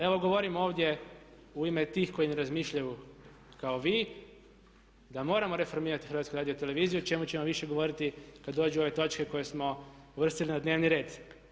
Evo govorim ovdje u ime tih koji ne razmišljaju kao vi, da moramo reformirati HRT o čemu ćemo više govoriti kada dođu ove točke koje smo uvrstili na dnevni red.